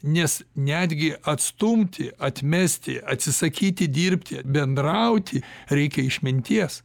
nes netgi atstumti atmesti atsisakyti dirbti bendrauti reikia išminties